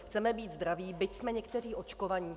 Chceme být zdraví, byť jsme někteří očkovaní.